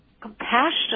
compassion